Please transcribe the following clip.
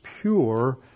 pure